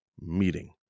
meeting